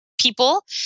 People